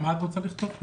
מה את רוצה לכתוב?